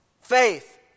faith